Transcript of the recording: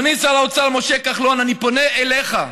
אדוני שר האוצר משה כחלון, אני פונה אליך.